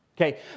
Okay